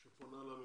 הודעה שפונה לממשלה